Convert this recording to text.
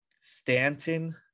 Stanton